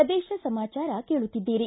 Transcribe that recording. ಪ್ರದೇಶ ಸಮಾಚಾರ ಕೇಳುತ್ತಿದ್ದೀರಿ